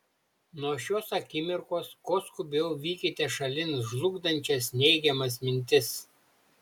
nuo šios akimirkos kuo skubiau vykite šalin žlugdančias neigiamas mintis